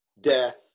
death